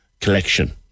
collection